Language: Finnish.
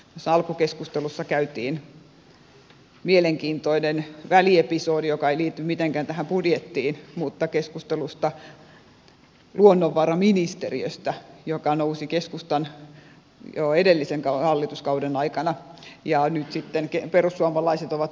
tässä alkukeskustelussa käytiin mielenkiintoinen väliepisodi joka ei liity mitenkään tähän budjettiin mutta keskustelu luonnonvaraministeriöstä joka nousi keskustan jo edellisen hallituskauden aikana ja nyt sitten perussuomalaiset ovat liittyneet joukkoon